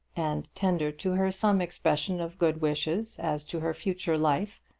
and tender to her some expression of good wishes as to her future life,